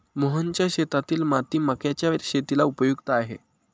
मोहनच्या शेतातील माती मक्याच्या शेतीला उपयुक्त आहे